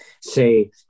say